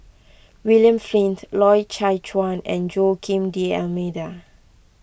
William Flint Loy Chye Chuan and Joaquim D'Almeida